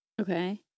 Okay